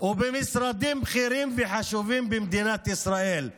ובמשרדים בכירים וחשובים במדינת ישראל.